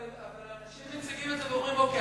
אבל אנשים מציגים את זה ואומרים: אוקיי,